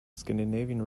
scandinavian